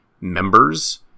members